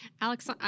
Alex